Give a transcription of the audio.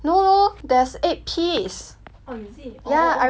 ya I remember each of us shared about two piece each